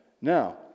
Now